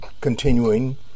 continuing